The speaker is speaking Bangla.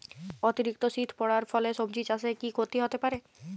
অতিরিক্ত শীত পরার ফলে সবজি চাষে কি ক্ষতি হতে পারে?